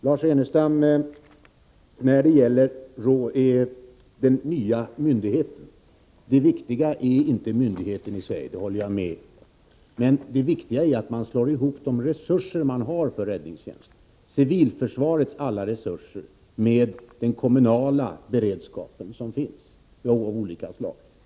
Herr talman! När det gäller den nya myndigheten vill jag säga till Lars Ernestam: Det viktiga är inte myndigheten i sig — det håller jag med om. Det viktiga är att man slår ihop de resurser som man har för räddningstjänst: civilförsvarets alla resurser med den kommunala beredskap av olika slag som finns.